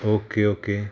okay okay